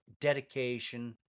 dedication